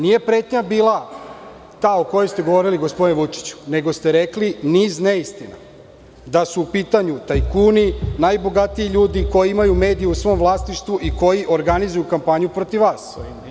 Nije bila pretnja ta o kojoj ste govorili, gospodine Vučiću, nego ste rekli niz neistina, da su u pitanju tajkuni, najbogatiji ljudi koji imaju medije u svom vlasništvu i koji organizuju kampanju protiv vas.